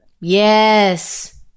yes